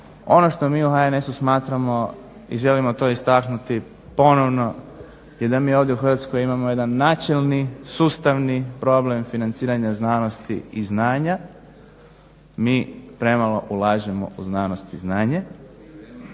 Ono što mi u HNS-u smatramo i želimo to istaknuti ponovno je da mi ovdje u Hrvatskoj imamo jedan načelni, sustavni problem financiranja znanosti i znanja, mi premalo ulažemo u znanost i znanje.